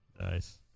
Nice